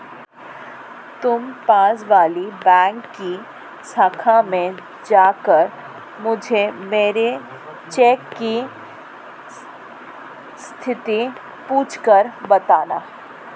तुम पास वाली बैंक की शाखा में जाकर मुझे मेरी चेक की स्थिति पूछकर बताना